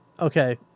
okay